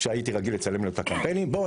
שהייתי רגיל לצלם לו את הקמפיינים: בוא,